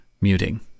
muting